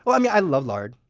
i love lard,